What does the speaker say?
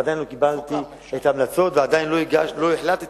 עדיין לא קיבלתי את ההמלצות ועדיין לא החלטתי